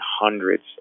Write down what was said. hundreds